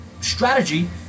strategy